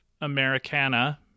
Americana